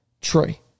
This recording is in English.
Trey